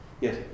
Yes